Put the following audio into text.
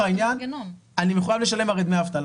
העניין אני מחויב הרי לשלם דמי אבטלה,